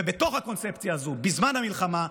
ובתוך הקונספציה הזו בזמן המלחמה,